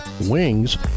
wings